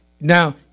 now